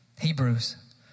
Hebrews